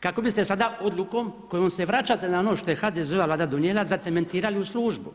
kako biste sada odlukom kojom se vraćate na ono što je HDZ-ova Vlada donijela zacementirali u službu.